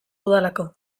dudalako